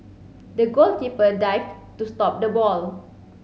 the goalkeeper dived to stop the ball